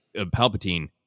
Palpatine